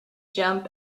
jump